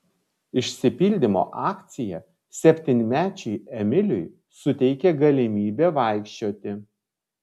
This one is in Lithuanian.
išsipildymo akcija septynmečiui emiliui suteikė galimybę vaikščioti